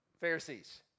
Pharisees